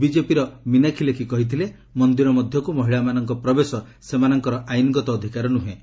ବିଜେପିର ମିନାକ୍ଷୀ ଲେଖି କହିଥିଲେ ମନ୍ଦିର ମଧ୍ୟକୁ ମହିଳାମାନଙ୍କ ପ୍ରବେଶ ସେମାନଙ୍କର ଆଇନ୍ଗତ ଅଧିକାର ନୁହେଁ